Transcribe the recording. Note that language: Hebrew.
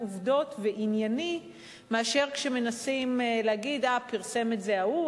עובדות וענייני מאשר כשמנסים לומר: פרסם את זה ההוא,